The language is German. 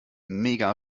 mega